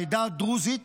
העדה הדרוזית